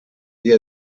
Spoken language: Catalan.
dia